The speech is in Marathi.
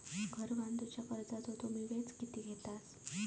घर बांधूच्या कर्जाचो तुम्ही व्याज किती घेतास?